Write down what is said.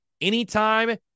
anytime